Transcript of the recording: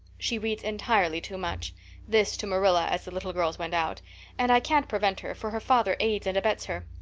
she reads entirely too much this to marilla as the little girls went out and i can't prevent her, for her father aids and abets her.